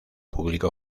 público